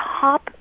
top